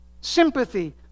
sympathy